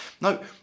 No